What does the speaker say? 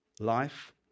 life